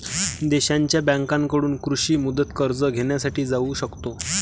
देशांच्या बँकांकडून कृषी मुदत कर्ज घेण्यासाठी जाऊ शकतो